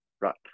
right